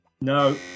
No